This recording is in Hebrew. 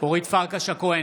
אורית פרקש הכהן,